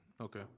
Okay